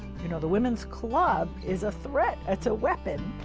you know, the women's club is a threat, it's a weapon.